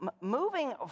moving